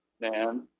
man